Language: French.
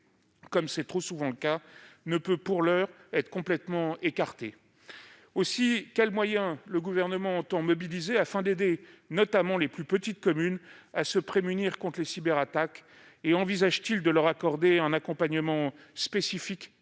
comme c'est trop souvent le cas, ne peut, pour l'heure, être complètement écartée. Aussi, monsieur le ministre, quels moyens le Gouvernement entend-il mobiliser afin d'aider, notamment, les plus petites communes à se prémunir contre les cyberattaques ? Envisage-t-il de leur accorder un accompagnement spécifique